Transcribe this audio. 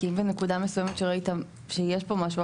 כי אם בנקודה מסוימת ראית שיש פה משהו,